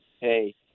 hey